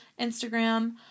Instagram